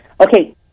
Okay